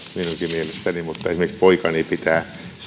mielestäni mutta esimerkiksi poikani pitää